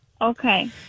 Okay